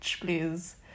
please